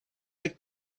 have